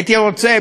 הייתי רוצה,